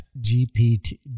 GPT